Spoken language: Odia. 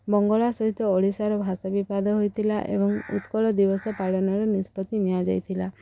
ବଙ୍ଗଳା ସହିତ ଓଡ଼ିଶାର ଭାଷା ବି ପଦ ହୋଇଥିଲା ଏବଂ ଉତ୍କଳ ଦିବସ ପାଳନର ନିଷ୍ପତ୍ତି ନିଆଯାଇଥିଲା